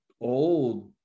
old